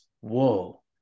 whoa